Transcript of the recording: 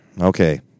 okay